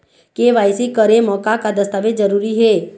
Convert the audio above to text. KYC करे म का का दस्तावेज जरूरी हे?